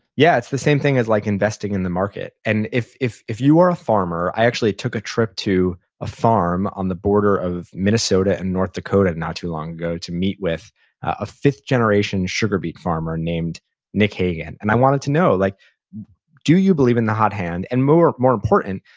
yeah, it's the same thing as like investing in the market. and if if you are a farmer. i actually took a trip to a farm on the border of minnesota and north dakota not too long ago to meet with a fifth generation sugar beet farmer named nick hagan. and i wanted to know, like do you believe in the hot hand, and more more important,